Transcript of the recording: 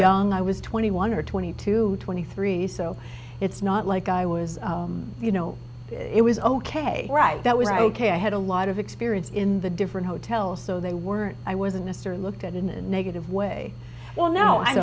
young i was twenty one or twenty two twenty three so it's not like i was you know it was ok right that was ok i had a lot of experience in the different hotels so they weren't i wasn't mr looked at in a negative way well no i